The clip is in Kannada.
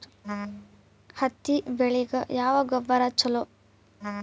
ಹತ್ತಿ ಬೆಳಿಗ ಯಾವ ಗೊಬ್ಬರ ಛಲೋ?